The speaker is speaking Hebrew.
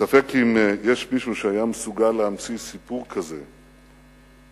ספק אם יש מישהו שהיה מסוגל להמציא סיפור כזה בדמיונו,